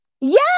yes